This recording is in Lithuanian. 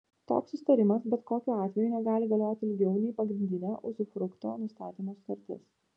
toks susitarimas bet kokiu atveju negali galioti ilgiau nei pagrindinė uzufrukto nustatymo sutartis